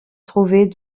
trouver